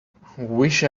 wish